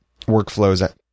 workflows